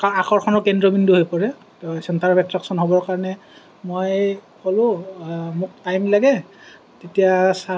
আকৰ্ষণৰ কেন্দ্ৰবিন্দু হৈ পৰে চেন্টাৰ অফ এট্ৰেকচন হ'বৰ কাৰণে মই ক'লো মোক টাইম লাগে